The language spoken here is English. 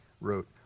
wrote